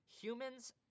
Humans